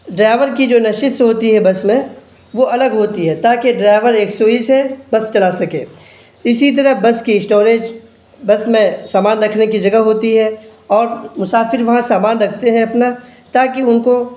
driver کی جو نشست ہوتی ہے بس میں وہ الگ ہوتی ہے تاکہ ڈرائیور یکسوئی سے بس چلا سکے اسی طرح بس کے اسٹوریج بس میں سامان رکھنے کی جگہ ہوتی ہے اور مسافر وہاں سامان رکھتے ہیں اپنا تاکہ ان کو